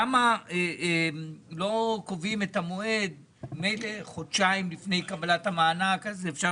למה לא קובעים את המועד חודשיים לפני קבלת המענק ואז אפשר